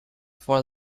for